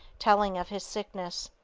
telling of his sickness.